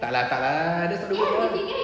tak lah tak lah ada satu word